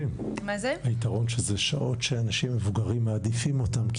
--- היתרון כשזה שעות שאנשים מבוגרים מעדיפים אותם,